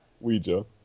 Ouija